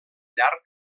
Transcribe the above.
llarg